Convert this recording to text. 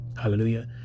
Hallelujah